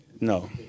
no